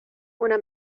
una